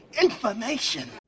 information